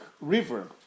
river